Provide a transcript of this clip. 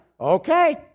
Okay